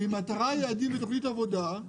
עם מטרה, יעדים ותוכנית עבודה,